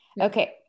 Okay